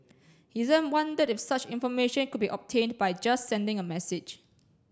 he then wondered if such information could be obtained by just sending a message